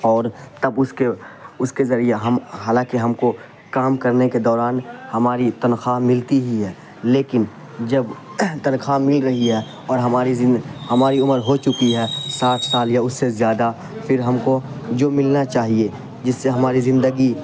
اور تب اس کے اس کے ذریعہ ہم حالانکہ ہم کو کام کرنے کے دوران ہماری تنخواہ ملتی ہی ہے لیکن جب تنخواہ مل رہی ہے اور ہماری ہماری عمر ہو چکی ہے ساٹھ سال یا اس سے زیادہ پھر ہم کو جو ملنا چاہیے جس سے ہماری زندگی